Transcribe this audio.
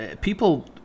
people